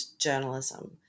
journalism